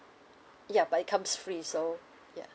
ya but it comes free so ya